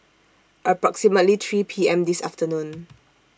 approximately three P M This afternoon